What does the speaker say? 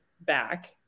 back